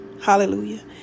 Hallelujah